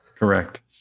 Correct